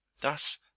Thus